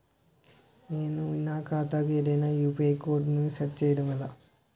నేను నా ఖాతా కు ఏదైనా యు.పి.ఐ కోడ్ ను సెట్ చేయడం ఎలా?